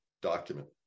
document